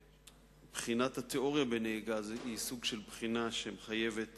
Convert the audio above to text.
בחינת התיאוריה בנהיגה היא סוג של בחינה שמחייבת